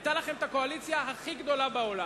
היתה לכם הקואליציה הכי גדולה בעולם.